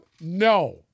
No